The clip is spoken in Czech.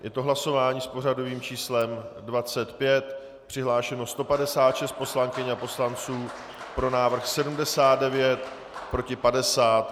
Je to hlasování s pořadovým číslem 25, přihlášeno 156 poslankyň a poslanců, pro návrh 79, proti 50.